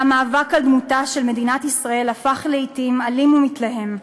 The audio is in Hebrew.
והמאבק על דמותה של מדינת ישראל הפך לעתים אלים ומתלהם.